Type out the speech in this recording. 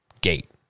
gate